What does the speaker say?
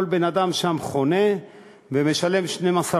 וכל בן-אדם שם חונה ומשלם 12 שקלים.